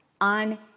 on